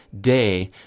day